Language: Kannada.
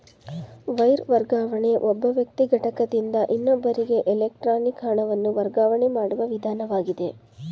ವೈರ್ ವರ್ಗಾವಣೆ ಒಬ್ಬ ವ್ಯಕ್ತಿ ಘಟಕದಿಂದ ಇನ್ನೊಬ್ಬರಿಗೆ ಎಲೆಕ್ಟ್ರಾನಿಕ್ ಹಣವನ್ನು ವರ್ಗಾವಣೆ ಮಾಡುವ ವಿಧಾನವಾಗಿದೆ